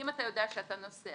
אם אתה יודע שאתה נוסע,